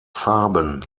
farben